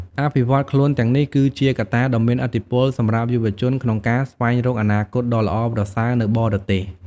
អភិវឌ្ឍខ្លួនទាំងនេះ គឺជាកត្តាដ៏មានឥទ្ធិពលសម្រាប់យុវជនក្នុងការស្វែងរកអនាគតដ៏ល្អប្រសើរនៅបរទេស។